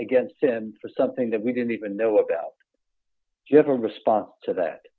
against him for something that we didn't even know about general response to that